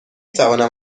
توانم